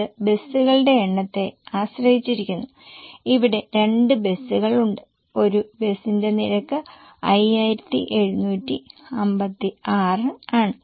ഇത് ബസുകളുടെ എണ്ണത്തെ ആശ്രയിച്ചിരിക്കുന്നു ഇവിടെ 2 ബസുകൾ ഉണ്ട് ഒരു ബസിന്റെ നിരക്ക് 5756 ആണ്